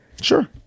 Sure